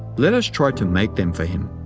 let us try to make them for him.